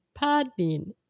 Podbean